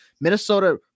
Minnesota